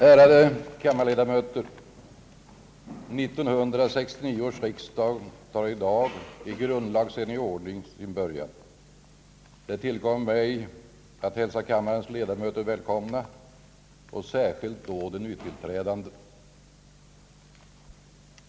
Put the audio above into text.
Ärade kammarledamöter! 1969 års riksdag tar i dag i grundlagsenlig ordning sin början. Det tillkommer mig att hälsa kammarens ledamöter välkomna och särskilt då de nytillträdande.